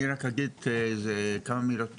אגיד כמה מילות פתיחה,